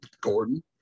Gordon